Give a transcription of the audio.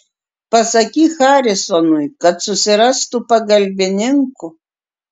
pasakyk harisonui kad susirastų pagalbininkų